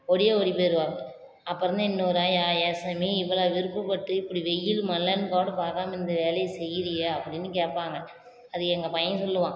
ஓடியே ஓடி போயிருவாங்க அப்போ இருந்த இன்னொரு ஆயா ஏன் சாமி இவ்வளோ விருப்பப்பட்டு இப்படி வெயில் மழன்னுகோட பார்க்காம இந்த வேலையை செய்யறியே அப்படின்னு கேட்பாங்க அது எங்கள் பையன் சொல்லுவான்